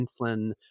insulin